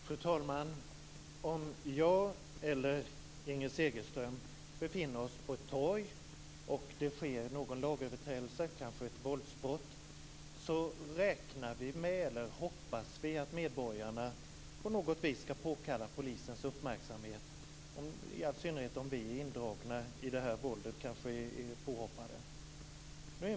Fru talman! Om jag eller Inger Segelström befinner oss på ett torg och det sker någon lagöverträdelse, kanske ett våldsbrott, räknar vi med eller hoppas att medborgarna på något vis skall påkalla polisens uppmärksamhet. Det gäller i all synnerhet om vi är indragna i det här våldet; vi kanske är påhoppade.